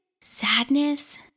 sadness